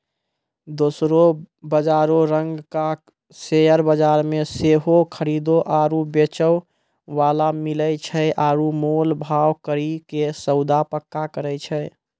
दोसरो बजारो रंगका शेयर बजार मे सेहो खरीदे आरु बेचै बाला मिलै छै आरु मोल भाव करि के सौदा पक्का करै छै